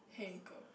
here you go